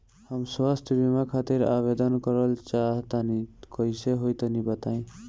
हम स्वास्थ बीमा खातिर आवेदन करल चाह तानि कइसे होई तनि बताईं?